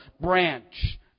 branch